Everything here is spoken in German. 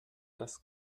das